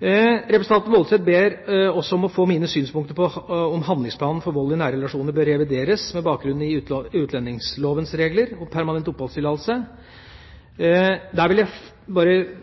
Representanten Woldseth ber også om å få mine synspunkter på om handlingsplanen mot vold i nære relasjoner bør revideres med bakgrunn i utlendingslovens regler om permanent oppholdstillatelse. Der vil jeg bare